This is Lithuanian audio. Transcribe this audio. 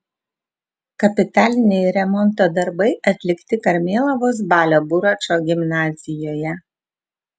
kapitaliniai remonto darbai atlikti karmėlavos balio buračo gimnazijoje